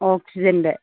ഓക്സിജൻ്റെ